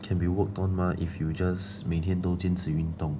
can be worked on mah if you just 每天都坚持运动